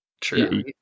true